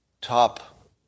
top